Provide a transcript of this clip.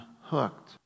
hooked